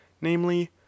namely